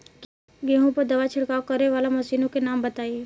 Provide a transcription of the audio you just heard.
गेहूँ पर दवा छिड़काव करेवाला मशीनों के नाम बताई?